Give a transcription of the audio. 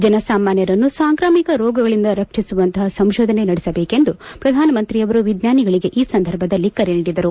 ಜನಸಾಮಾನ್ಯರನ್ನು ಸಾಂಕ್ರಾಮಿಕ ರೋಗಗಳಿಂದ ರಕ್ಷಿಸುವಂತಪ ಸಂಶೋಧನೆ ನಡೆಸಬೇಕೆಂದು ಪ್ರಧಾನಮಂತ್ರಿಯವರು ವಿಜ್ಞಾನಿಗಳಿಗೆ ಈ ಸಂದರ್ಭದಲ್ಲಿ ಕರೆ ನೀಡಿದರು